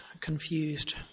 confused